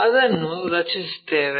ಅದನ್ನು ರಚಿಸುತ್ತೇವೆ